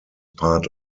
part